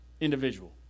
individual